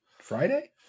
Friday